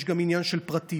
יש גם עניין של פרטיות.